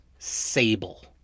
Sable